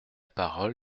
parole